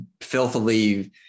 filthily